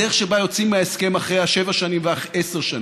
הדרך שבה יוצאים מההסכם אחרי שבע שנים ועשר שנים,